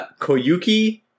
koyuki